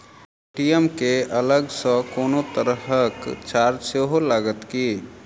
ATM केँ अलग सँ कोनो तरहक चार्ज सेहो लागत की?